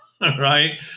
right